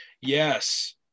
Yes